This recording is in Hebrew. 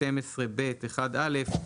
סעיף 12(ב)(1)(א)